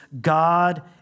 God